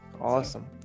Awesome